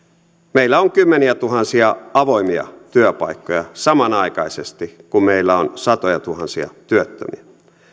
meillä on kymmeniätuhansia avoimia työpaikkoja samanaikaisesti kun meillä on satojatuhansia työttömiä